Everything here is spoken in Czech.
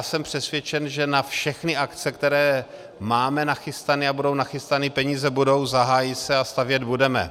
Jsem přesvědčen, že na všechny akce, které máme nachystané, a budou nachystané peníze, budou, zahájí se a stavět budeme.